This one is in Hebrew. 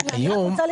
אני רק רוצה לסיים.